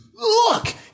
Look